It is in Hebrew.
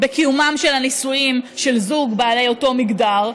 בקיומם של הנישואים של זוג בעלי אותו מגדר,